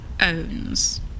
owns